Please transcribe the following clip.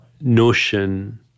notion